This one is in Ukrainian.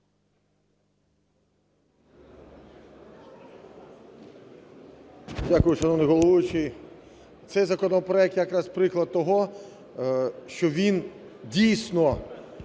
Дякую, шановний головуючий. Цей законопроект якраз приклад того, що він дійсно